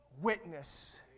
witness